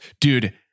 Dude